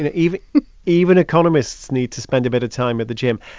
and even even economists need to spend a bit of time at the gym.